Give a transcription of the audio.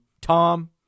Tom